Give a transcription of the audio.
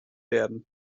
werden